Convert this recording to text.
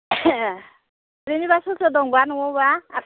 ए जेनेबा सोर सोर दंबा न'आवबा